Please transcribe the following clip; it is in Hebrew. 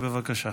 בבקשה.